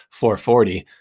440